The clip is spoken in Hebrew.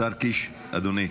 השר קיש, אדוני.